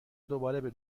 دوباره